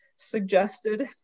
Suggested